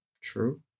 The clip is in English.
True